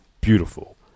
beautiful